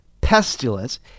pestilence